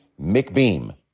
McBeam